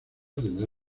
tendrá